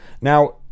Now